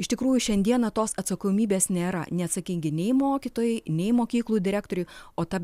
iš tikrųjų šiandieną tos atsakomybės nėra neatsakingi nei mokytojai nei mokyklų direktoriai o ta